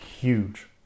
huge